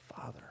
father